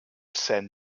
seine